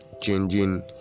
changing